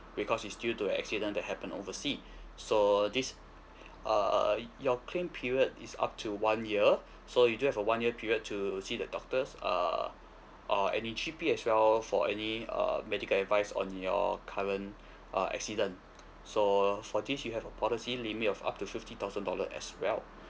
because is due to accident that happened oversea so this err your claim period is up to one year so you do have a one year period to see the doctors uh or any G_P as well for any uh medical advice on your current uh accident so for this you have a policy limit of up to fifty thousand dollar as well